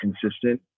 consistent